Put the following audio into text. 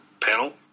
Panel